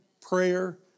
Prayer